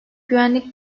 güvenlik